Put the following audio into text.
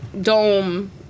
dome